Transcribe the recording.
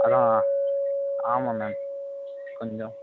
அதுதான் ஆமாம் மேம் கொஞ்சம்